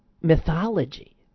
mythology